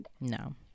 No